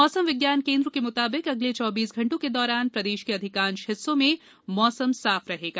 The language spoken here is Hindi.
मौसम विज्ञान केंद्र के मुताबिक अगले चौबीस घंटे के दौरान प्रदेश के अधिकांश हिस्सों में मौसम साफ रहेगा